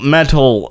Metal